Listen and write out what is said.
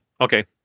Okay